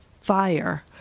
fire